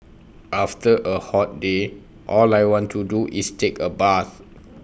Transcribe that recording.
after A hot day all I want to do is take A bath